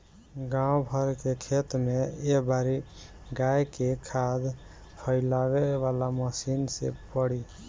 गाँव भर के खेत में ए बारी गाय के खाद फइलावे वाला मशीन से पड़ी